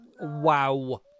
wow